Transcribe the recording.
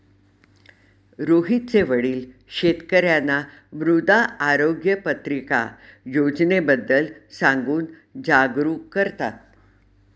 रोहितचे वडील शेतकर्यांना मृदा आरोग्य पत्रिका योजनेबद्दल सांगून जागरूक करतात